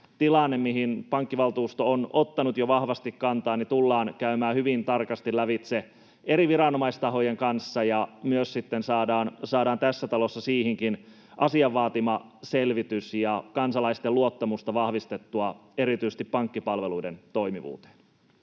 mihin pankkivaltuusto on ottanut jo vahvasti kantaa, tullaan käymään hyvin tarkasti lävitse eri viranomaistahojen kanssa ja että myös sitten saadaan tässä talossa siihenkin asian vaatima selvitys ja kansalaisten luottamusta vahvistettua erityisesti pankkipalveluiden toimivuuteen.